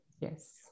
yes